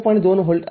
२ volt आहेत